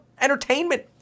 entertainment